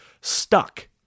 stuck